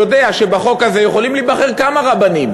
יודע שבחוק הזה יכולים להיבחר כמה רבנים,